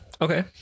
Okay